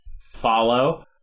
Follow